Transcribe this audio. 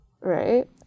right